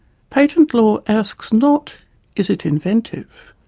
patent law asks not is it inventive?